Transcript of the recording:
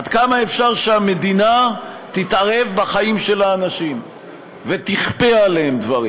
עד כמה אפשר שהמדינה תתערב בחיים של האנשים ותכפה עליהם דברים?